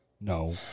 No